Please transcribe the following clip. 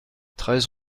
treize